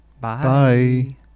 Bye